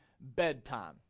bedtime